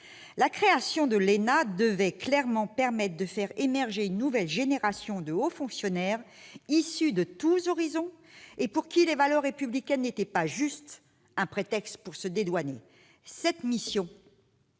La création de l'ENA devait clairement permettre de faire émerger une nouvelle génération de hauts fonctionnaires, issus de tous les horizons, et pour qui les valeurs républicaines n'étaient pas juste un prétexte pour se dédouaner. Cette mission,